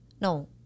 no